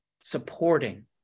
supporting